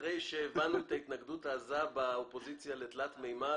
אחרי שהבנו את ההתנגדות העזה באופוזיציה לתלת ממד,